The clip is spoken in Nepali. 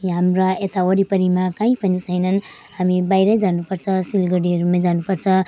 यहाँ हाम्रा यता वरिपरिमा काहीँ पनि छैनन् हामी बाहिरै जानुपर्छ सिलगढीहरूमै जानुपर्छ